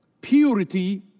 purity